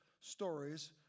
stories